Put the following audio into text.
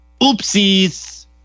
Oopsies